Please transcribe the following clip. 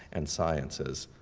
and sciences.